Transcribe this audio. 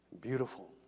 Beautiful